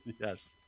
Yes